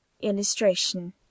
Illustration